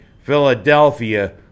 Philadelphia